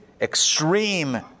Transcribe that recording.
extreme